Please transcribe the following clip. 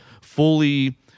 fully